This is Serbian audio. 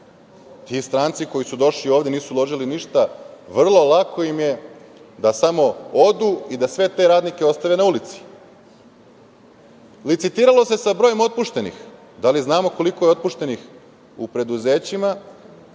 ti stranci koji su došli ovde nisu uložili ništa, vrlo lako im je da samo odu i da sve te radnike ostave na ulici. Licitiralo se sa brojem otpuštenih. Da li znamo koliko je otpuštenih u privatnim